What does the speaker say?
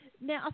Now